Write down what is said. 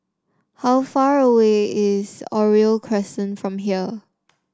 how far away is Oriole Crescent from here